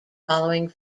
following